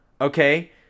okay